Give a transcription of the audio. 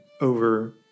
over